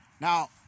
Now